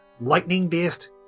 lightning-based